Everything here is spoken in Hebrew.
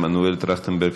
מנואל טרכטנברג,